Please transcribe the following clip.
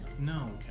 No